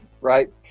right